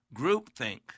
Groupthink